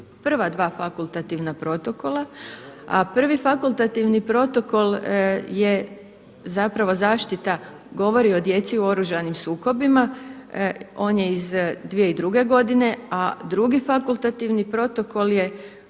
prva dva fakultativna protokola. A prvi fakultativni protokol je zapravo zaštita, govori o djeci u oružanim sukobima, on je iz 2002. godine, a drugi fakultativni protokol je